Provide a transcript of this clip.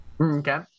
Okay